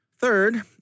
Third